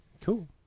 Cool